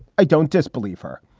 i don't disbelieve her.